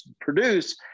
produce